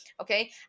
okay